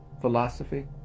philosophy